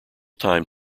time